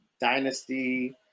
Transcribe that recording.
Dynasty